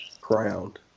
crowned